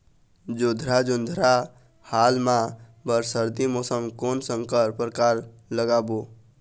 जोंधरा जोन्धरा हाल मा बर सर्दी मौसम कोन संकर परकार लगाबो?